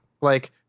like-